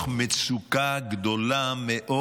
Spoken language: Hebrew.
מתוך מצוקה גדולה מאוד.